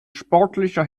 sportlicher